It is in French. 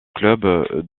clubs